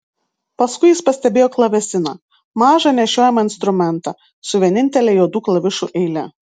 paskui jis pastebėjo klavesiną mažą nešiojamą instrumentą su vienintele juodų klavišų eile